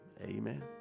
Amen